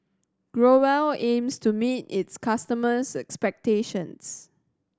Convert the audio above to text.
Growell aims to meet its customers expectations